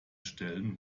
stellen